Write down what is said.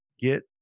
Get